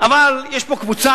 אבל יש פה קבוצה,